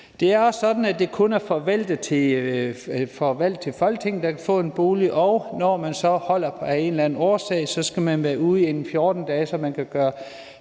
Det er også sådan, at det kun er valgte til Folketinget, der kan få en bolig, og når man så holder op af en eller anden årsag, skal man være ude inden 14 dage, så boligen kan gøres